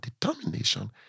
determination